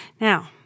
Now